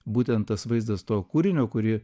būtent tas vaizdas to kūrinio kurį